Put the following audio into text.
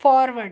forward